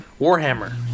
Warhammer